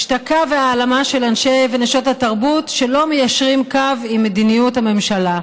השתקה והעלמה של אנשי ונשות התרבות שלא מיישרים קו עם מדיניות הממשלה,